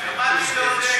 שמעתי ועוד איך.